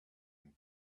and